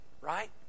right